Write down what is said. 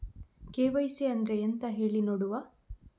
KYC ಅಂದ್ರೆ ಎಂತ ಹೇಳಿ ನೋಡುವ?